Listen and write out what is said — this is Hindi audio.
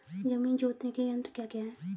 जमीन जोतने के यंत्र क्या क्या हैं?